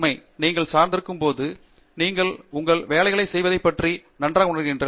உண்மையில் நீங்கள் சார்ந்திருக்கும் போது நீங்கள் உங்கள் வேலையைச் செய்வதைப் பற்றி நன்றாக உணருவீர்கள்